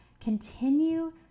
Continue